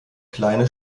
kleine